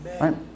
right